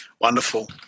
Wonderful